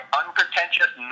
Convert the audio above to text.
unpretentious